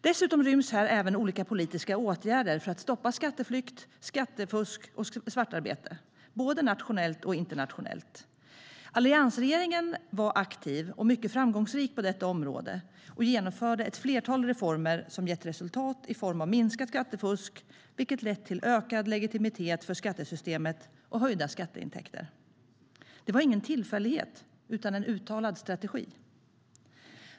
Dessutom ryms här även olika politiska åtgärder för att stoppa skatteflykt, skattefusk och svartarbete, både nationellt och internationellt. Alliansregeringen var aktiv och mycket framgångsrik på detta område och genomförde ett flertal reformer som gett resultat i form av minskat skattefusk, vilket lett till ökad legitimitet för skattesystemet och höjda skatteintäkter. Det var ingen tillfällighet utan en uttalad strategi.